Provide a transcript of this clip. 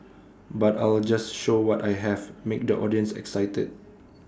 but I'll just show what I have make the audience excited